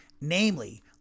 namely